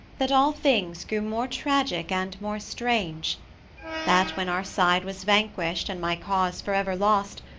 that all things grew more tragic and more strange that when our side was vanquished and my cause for ever lost,